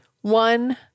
One